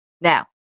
Now